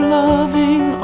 loving